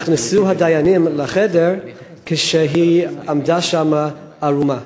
נכנסו הדיינים לחדר כשהיא עמדה שם ערומה.